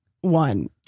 one